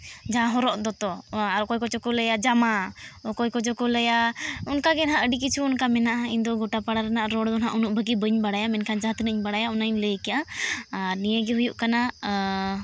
ᱡᱟᱦᱟᱸ ᱦᱚᱨᱚᱜ ᱫᱚᱛᱚ ᱟᱨ ᱚᱠᱚᱭ ᱠᱚᱪᱚ ᱠᱚ ᱞᱟᱹᱭᱟ ᱡᱟᱢᱟ ᱚᱠᱚᱭ ᱠᱚᱪᱚ ᱠᱚ ᱞᱟᱹᱭᱟ ᱚᱱᱠᱟᱜᱮ ᱱᱟᱦᱟᱜ ᱟᱹᱰᱤ ᱠᱤᱪᱷᱩ ᱚᱱᱠᱟ ᱢᱮᱱᱟᱜᱼᱟ ᱤᱧᱫᱚ ᱜᱚᱴᱟ ᱯᱟᱲᱟ ᱨᱮᱱᱟᱜ ᱨᱚᱲ ᱫᱚ ᱱᱟᱦᱟᱜ ᱩᱱᱟᱹᱜ ᱵᱷᱟᱹᱜᱤ ᱵᱟᱹᱧ ᱵᱟᱲᱟᱭᱟ ᱢᱮᱱᱠᱦᱟᱱ ᱡᱟᱦᱟᱸ ᱛᱤᱱᱟᱹᱜ ᱤᱧ ᱵᱟᱲᱟᱭᱟ ᱚᱱᱟᱧ ᱞᱟᱹᱭ ᱠᱮᱜᱼᱟ ᱟᱨ ᱱᱤᱭᱟᱹᱜᱮ ᱦᱩᱭᱩᱜ ᱠᱟᱱᱟ